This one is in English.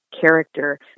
character